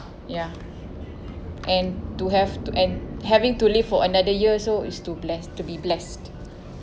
ya and to have to and having to live for another year so is to blessed to be blessed